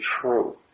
true